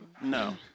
No